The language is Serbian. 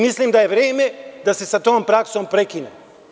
Mislim da je vreme da se sa tom praksom prekine.